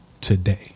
today